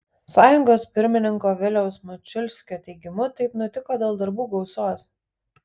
sąjungos pirmininko viliaus mačiulskio teigimu taip nutiko dėl darbų gausos